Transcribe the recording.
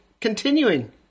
continuing